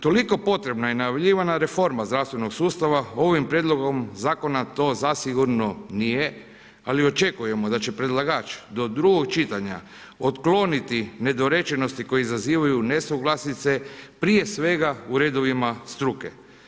Toliko potrebna i najavljivana reforma zdravstvenog sustava ovim Prijedlogom Zakona to zasigurno nije, ali očekujemo da će predlagač do drugog čitanja otkloniti nedorečenosti koje izazivaju nesuglasice, prije svega u redovima struke.